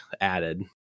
added